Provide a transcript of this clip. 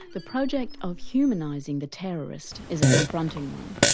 the project of humanising the terrorist is a confronting one,